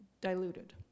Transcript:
diluted